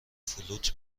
فلوت